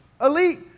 elite